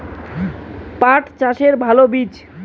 পাঠ চাষের ভালো বীজ?